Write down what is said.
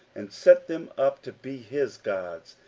and set them up to be his gods,